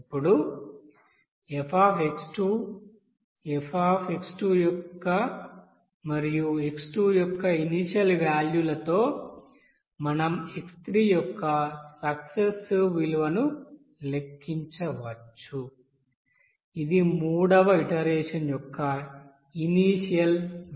ఇప్పుడు f f మరియు x2 యొక్క ఇనీషియల్ వ్యాల్యూ లతో మనం x3 యొక్క సక్సెసివ్ విలువను లెక్కించవచ్చు ఇది మూడవ ఇటరేషన్ యొక్క ఇనీషియల్ వ్యాల్యూ